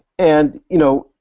and, you know,